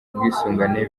ubwisungane